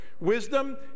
wisdom